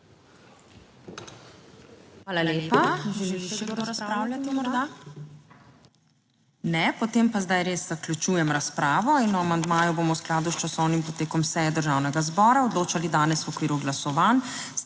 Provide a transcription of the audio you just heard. Hvala lepa. Želi še kdo razpravljati morda? (Ne.) Potem pa zdaj res zaključujem razpravo in o amandmaju bomo v skladu s časovnim potekom seje Državnega zbora odločali danes v okviru glasovanj.